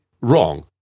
wrong